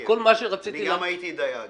אני גם הייתי דייג.